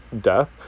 death